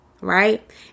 right